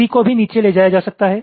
C को भी नीचे ले जाया जा सकता है